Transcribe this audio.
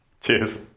Cheers